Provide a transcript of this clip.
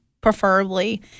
preferably